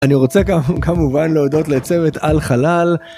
מה הטקסט שאתה יודע לקרוא, והאם יש לך דיקציה טובה?